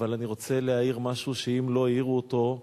אבל אני רוצה להעיר משהו שאם לא העירו אותו,